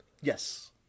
Yes